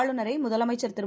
ளுநரை முதலமைச்சர்திரு